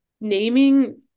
naming